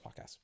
podcast